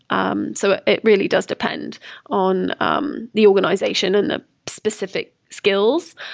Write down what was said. um so it really does depend on um the organization and the specific skills.